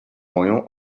moją